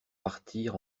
partir